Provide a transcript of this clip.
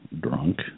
drunk